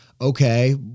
okay